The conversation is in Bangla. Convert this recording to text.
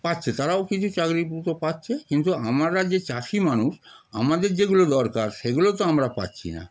পাচ্ছে তারাও কিছু চাকরিপত্র পাচ্ছে কিন্তু আমারা যে চাষি মানুষ আমাদের যেগুলো দরকার সেগুলো তো আমরা পাচ্ছি না